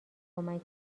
کمک